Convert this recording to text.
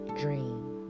dream